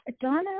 Donna